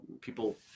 People